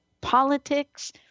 politics